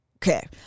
Okay